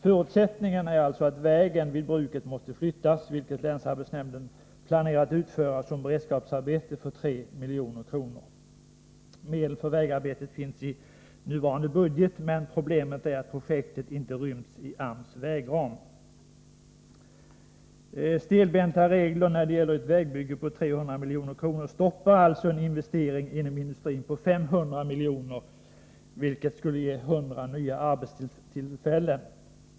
Förutsättningen är att vägen vid bruket flyttas, vilket länsarbetsnämnden planerat genomföra som ett beredskapsarbete för 3 milj.kr. Medel för vägarbetet finns i nuvarande budget. Problemet är att projektet inte ryms inom AMS vägram. Stelbenta regler när det gäller ett vägbygge för 3 milj.kr. stoppar alltså en investering inom industrin på 500 milj.kr., vilken skulle ge 100 nya arbetstillfällen.